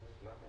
בפער,